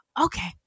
Okay